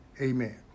Amen